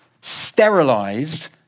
sterilised